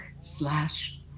slash